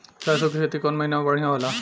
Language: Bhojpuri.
सरसों के खेती कौन महीना में बढ़िया होला?